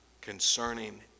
concerning